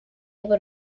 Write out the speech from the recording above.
able